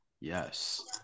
Yes